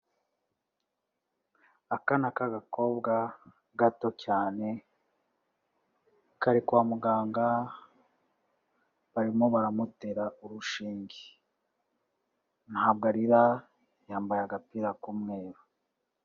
Akana k'agakobwa gato cyane, kari kwa muganga barimo baramutera urushinge. Ntabwo arira, yambaye agapira k'umweru.